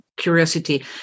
curiosity